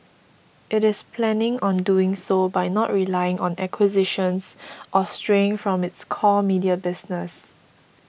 it is planning on doing so by not relying on acquisitions or straying from its core media business